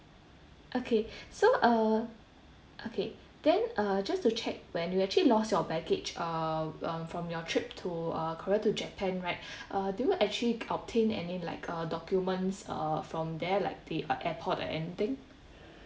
okay so uh okay then uh just to check when you actually lost your baggage uh um from your trip to uh korea to japan right uh do you actually obtain any like uh documents uh from there like the uh airport or anything